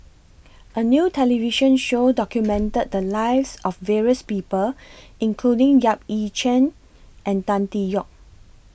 A New television Show documented The Lives of various People including Yap Ee Chian and Tan Tee Yoke